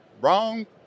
Wrong